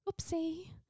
oopsie